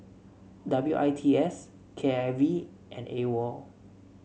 W I T S K I V and AWOL